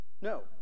No